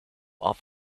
off